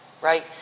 Right